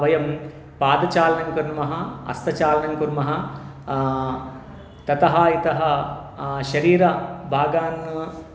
वयं पादचालनं कुर्मः हस्तचालनं कुर्मः ततः इतः शरीरभागान्